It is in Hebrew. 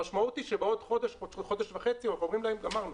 המשמעות היא שבעוד חודש או חודש וחצי אנחנו אומרים להם "גמרנו,